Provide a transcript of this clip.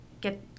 get